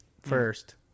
First